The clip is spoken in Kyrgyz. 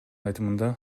айтымында